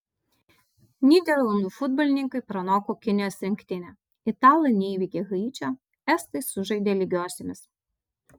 nyderlandų futbolininkai pranoko kinijos rinktinę italai neįveikė haičio estai sužaidė lygiosiomis